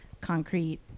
concrete